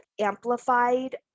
amplified